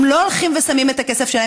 הם לא הולכים ושמים את הכסף הזה,